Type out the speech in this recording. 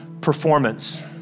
performance